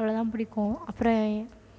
அவ்வளோ தான் பிடிக்கும் அப்புறம்